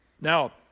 Now